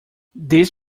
these